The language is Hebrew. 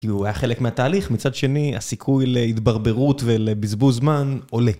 כי הוא היה חלק מהתהליך, מצד שני, הסיכוי להתברברות ולבזבוז זמן עולה.